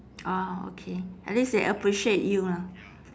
ah okay at least they appreciate you lah